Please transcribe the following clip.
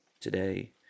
today